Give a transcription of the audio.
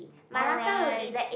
alright